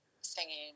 singing